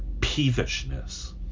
peevishness